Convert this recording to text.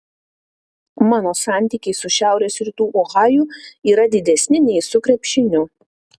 mano santykiai su šiaurės rytų ohaju yra didesni nei su krepšiniu